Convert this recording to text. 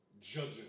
judging